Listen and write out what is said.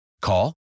Call